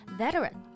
veteran